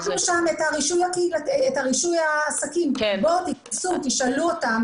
עירבנו שם את רישוי העסקים שיבואו וישאלו אותם